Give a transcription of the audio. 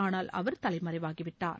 ஆனால் அவர் தலைமறைவாகிவிட்டார்